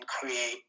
create